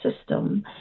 system